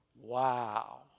Wow